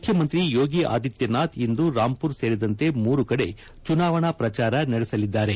ಮುಖ್ಯಮಂತ್ರಿ ಯೋಗಿ ಆದಿತ್ಯನಾಥ್ ಇಂದು ರಾಂಪುರ್ ಸೇರಿದಂತೆ ಮೂರು ಕಡೆ ಚುನಾವಣಾ ಪ್ರಚಾರ ನಡೆಸಲಿದ್ದಾರೆ